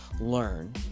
learn